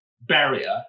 barrier